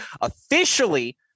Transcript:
officially